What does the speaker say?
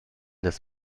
das